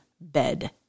bed